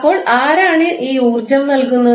അപ്പോൾ ആരാണ് ഈ ഊർജ്ജo നൽകുന്നത്